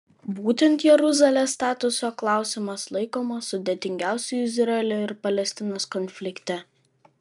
būtent jeruzalės statuso klausimas laikomas sudėtingiausiu izraelio ir palestinos konflikte